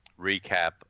recap